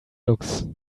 looks